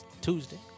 Tuesday